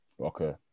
okay